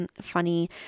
funny